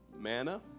manna